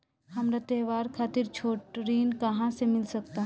हमरा त्योहार खातिर छोट ऋण कहाँ से मिल सकता?